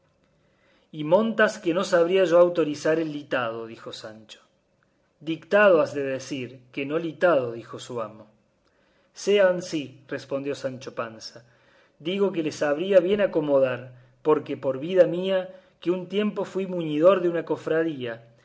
y montas que no sabría yo autorizar el litado dijo sancho dictado has de decir que no litado dijo su amo sea ansí respondió sancho panza digo que le sabría bien acomodar porque por vida mía que un tiempo fui muñidor de una cofradía